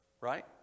right